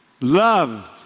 Love